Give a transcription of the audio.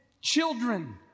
children